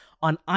on